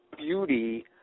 Beauty